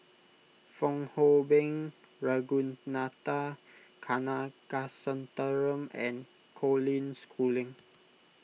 Fong Hoe Beng Ragunathar Kanagasuntheram and Colin Schooling